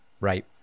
Right